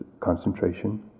concentration